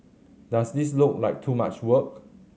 does this look like too much work